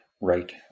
right